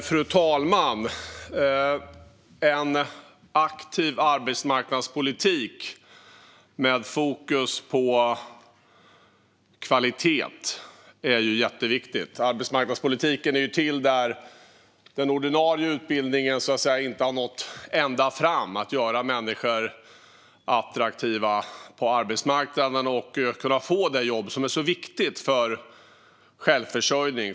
Fru talman! En aktiv arbetsmarknadspolitik med fokus på kvalitet är jätteviktigt. Arbetsmarknadspolitiken är till för de situationer då den ordinarie utbildningen inte har nått ända fram med att göra människor attraktiva på arbetsmarknaden så att de ska kunna få det jobb som är så viktigt för självförsörjning.